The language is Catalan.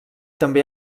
també